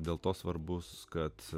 dėl to svarbus kad